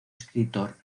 escritor